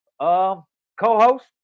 co-host